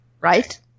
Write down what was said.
Right